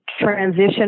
transition